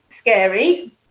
scary